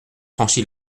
franchi